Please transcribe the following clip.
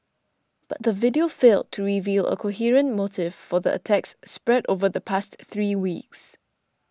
but the video failed to reveal a coherent motive for the attacks spread over the past three weeks